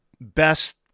best